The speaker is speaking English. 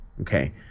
Okay